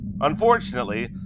Unfortunately